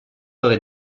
heures